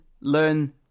learn